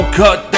cut